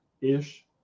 Ish